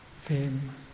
fame